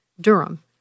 Durham